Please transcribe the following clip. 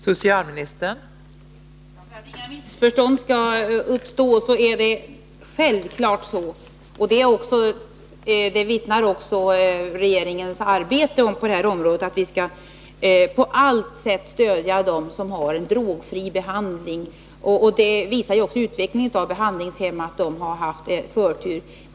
Fru talman! För att inget missförstånd skall uppstå vill jag säga att det självfallet är så — och regeringens arbete på det här området vittnar också om detta — att vi på allt sätt skall stödja dem som arbetar med en drogfri behandling. Utvecklingen av verksamheten i drogfria behandlingshem visar också att de har haft förtur.